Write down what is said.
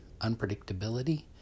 unpredictability